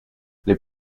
les